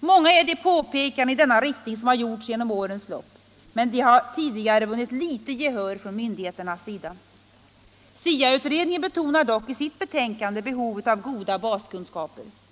Många är de påpekanden i denna riktning som har gjorts under årens lopp, men de har tidigare vunnit föga gehör från myndigheternas sida. SIA-utredningen betonar dock i sitt betänkande behovet av goda baskunskaper.